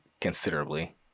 considerably